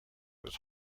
was